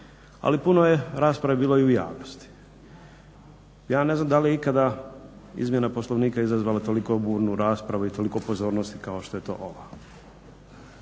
ali puno je rasprave bilo i u javnosti. Ja ne znam da li je ikada izmjena Poslovnika izazvala toliko burnu raspravu i toliko pozornosti kao što je to ova.